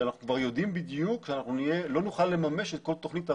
מפני שאנחנו יודעים בדיוק שלא נוכל לממש את כול תכנית הרכש.